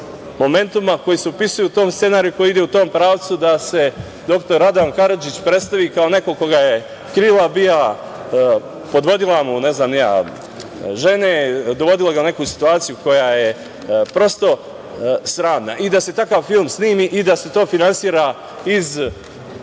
momenta, koji se opisuje u tom scenariju koji ide u tom pravcu da se dr Radovan Karadžić predstavi kao neko koga je krila BIA, podvodila mu, ne znam ni ja, žene, dovodila ga u neku situaciju koja je sramna, i da se takav film snimi i da se to finansira iz